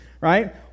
right